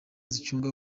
zicunga